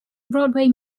broadway